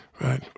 right